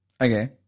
Okay